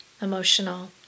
emotional